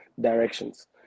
directions